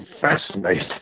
fascinating